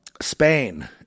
Spain